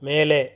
மேலே